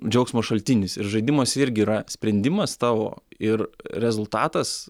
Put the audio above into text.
džiaugsmo šaltinis ir žaidimuose irgi yra sprendimas tavo ir rezultatas